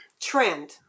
trend